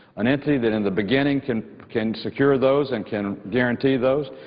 an entity that in the beginning can can secure those and can guarantee those.